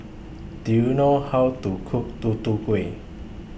Do YOU know How to Cook Tutu Kueh